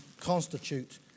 constitute